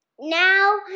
Now